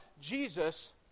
Jesus